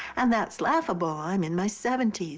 and that's laughable. i'm in my seventy s.